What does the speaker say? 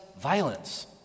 violence